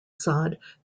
sod